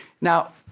Now